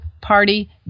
Party